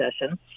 session